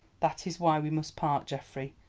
that is why we must part, geoffrey.